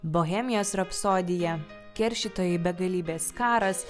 bohemijos rapsodija keršytojai begalybės karas